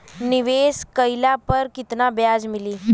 निवेश काइला पर कितना ब्याज मिली?